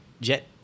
jet